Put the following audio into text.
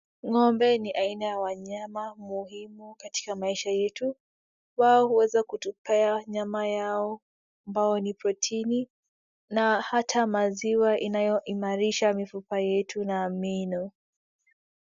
Ng'ombe ni aina ya wanyama muhimu katika maisha yetu wao huweza kutupea nyama yao ambayo ni protini na hata maziwa inayoimarisha mifupa yetu na meno.